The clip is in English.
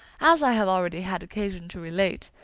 as i have already had occasion to relate,